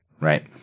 Right